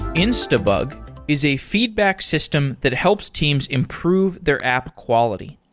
instabug is a feedback system that helps teams improve their app quality.